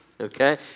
Okay